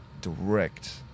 direct